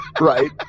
Right